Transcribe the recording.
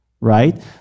right